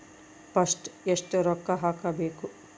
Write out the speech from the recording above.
First ಎಷ್ಟು ರೊಕ್ಕ ಹಾಕಬೇಕು?